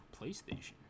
PlayStation